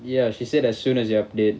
ya she said as soon as you update